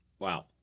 Wow